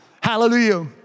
Hallelujah